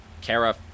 Kara